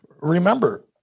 Remember